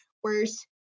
whereas